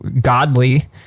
godly